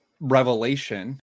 revelation